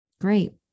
Great